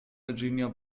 virginia